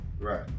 Right